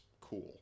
cool